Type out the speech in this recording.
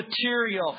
material